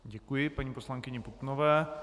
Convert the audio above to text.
Děkuji paní poslankyni Putnové.